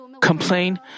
complain